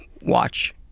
watch